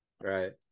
Right